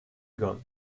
gunn